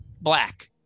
black